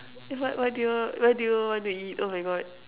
uh what what do you what do you want to eat oh my God